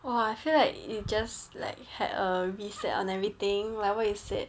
!wah! I feel like it just like had a reset on everything like what you said